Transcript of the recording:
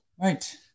Right